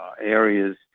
areas